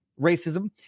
racism